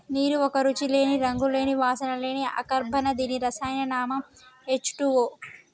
నీరు ఒక రుచి లేని, రంగు లేని, వాసన లేని అకర్బన దీని రసాయన నామం హెచ్ టూవో